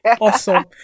awesome